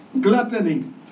Gluttony